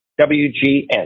WGN